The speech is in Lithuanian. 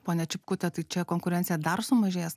ponia čipkute tai čia konkurencija dar sumažės